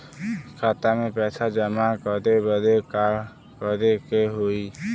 खाता मे पैसा जमा करे बदे का करे के होई?